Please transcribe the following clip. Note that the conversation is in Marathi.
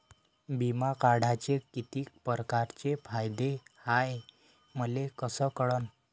बिमा काढाचे कितीक परकारचे फायदे हाय मले कस कळन?